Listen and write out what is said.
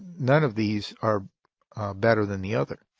none of these are better than the other.